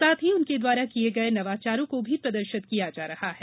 साथ ही उनके द्वारा किए गए नवाचारों को भी प्रदर्शित किया जा रहा है